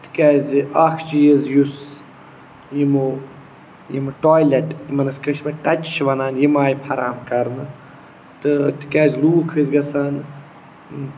تِکیٛازِ اَکھ چیٖز یُس یِمو یِم ٹویلیٹ یِمَن أسۍ کٲشِر پٲٹھۍ ٹَچہِ چھِ وَنان یِم آیہِ فَرہم کَرنہٕ تہٕ تِکیٛازِ لوٗکھ ٲسۍ گَژھان